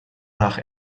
nach